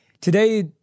today